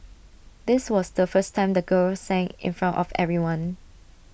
this was the first time the girl sang in front of everyone